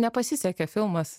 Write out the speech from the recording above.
nepasisekė filmas